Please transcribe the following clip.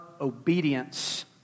obedience